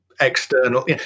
external